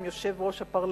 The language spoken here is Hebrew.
עם יושב-ראש הפרלמנט,